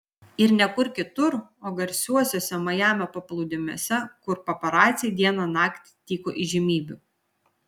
ir ne kur kitur o garsiuosiuose majamio paplūdimiuose kur paparaciai dieną naktį tyko įžymybių